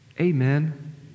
Amen